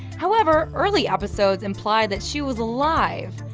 however, early episodes implied that she was alive.